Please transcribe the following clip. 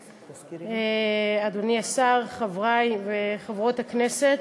תודה רבה, אדוני השר, חברי וחברות הכנסת,